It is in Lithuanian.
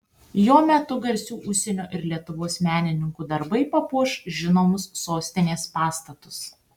jo metu garsių užsienio ir lietuvos menininkų darbai papuoš žinomus sostinės pastatus